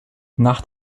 nach